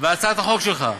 שהצעת החוק שלך תתקבל,